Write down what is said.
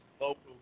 local